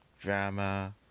drama